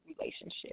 relationship